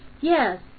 yes